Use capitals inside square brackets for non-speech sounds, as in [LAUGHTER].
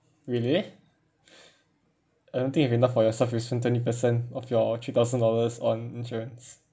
really [BREATH] I don't think you have enough for yourself if you spend twenty percent of your three thousand dollars on insurance